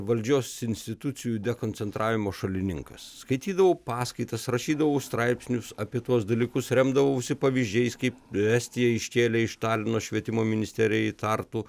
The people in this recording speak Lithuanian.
valdžios institucijų dekoncentravimo šalininkas skaitydavau paskaitas rašydavau straipsnius apie tuos dalykus remdavausi pavyzdžiais kaip estija iškėlė iš talino švietimo ministerija į tartu